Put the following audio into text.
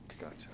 Gotcha